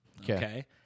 Okay